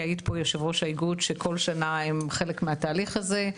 יעיד פה יו"ר האיגוד שהם כל שנה הם חלק מהתהליך הזה,